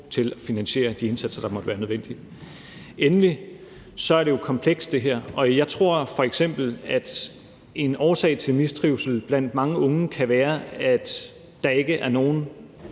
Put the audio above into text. til at finansiere de indsatser, der måtte være nødvendige. Endelig er det her jo komplekst, og jeg tror f.eks., at en årsag til mistrivsel blandt mange unge kan være, at der ikke er nogen,